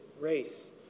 race